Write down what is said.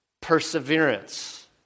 perseverance